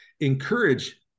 encourage